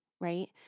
right